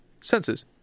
senses